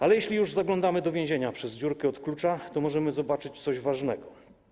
Ale jeśli już zaglądamy do więzienia przez dziurkę od klucza, to możemy zobaczyć coś ważnego.